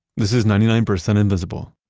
this is ninety nine percent invisible.